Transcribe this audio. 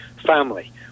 family